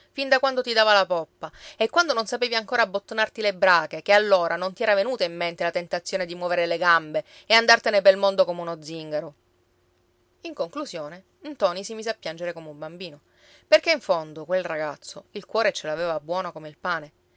fin da quando ti dava la poppa e quando non sapevi ancora abbottonarti le brache che allora non ti era venuta in mente la tentazione di muovere le gambe e andartene pel mondo come uno zingaro in conclusione ntoni si mise a piangere come un bambino perché in fondo quel ragazzo il cuore ce l'aveva buono come il pane